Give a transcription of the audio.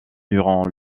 durant